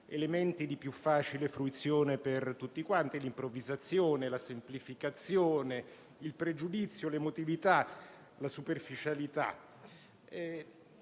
elementi di più facile fruizione per tutti: l'improvvisazione, la semplificazione, il pregiudizio, l'emotività e la superficialità.